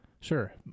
Sure